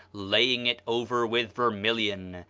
laying it over with vermilion,